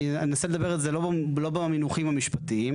אני אנסה לדבר על זה לא במינוחים המשפטיים.